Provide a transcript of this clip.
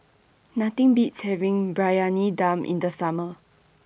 Nothing Beats having Briyani Dum in The Summer